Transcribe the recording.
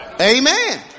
Amen